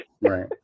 right